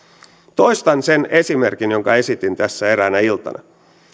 toistan sen esimerkin jonka esitin tässä eräänä iltana